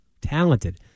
talented